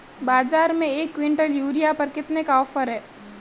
बाज़ार में एक किवंटल यूरिया पर कितने का ऑफ़र है?